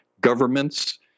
governments